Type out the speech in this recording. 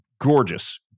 gorgeous